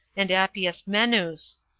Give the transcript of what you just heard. and appius menus.